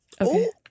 Okay